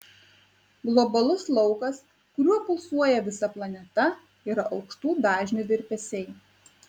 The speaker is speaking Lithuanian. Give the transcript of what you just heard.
globalus laukas kuriuo pulsuoja visa planeta yra aukštų dažnių virpesiai